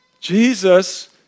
Jesus